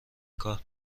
کار